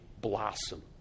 blossom